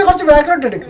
like to return for